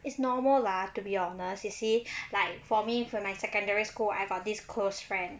is normal lah to be honest you see like for me for my secondary school I got this close friend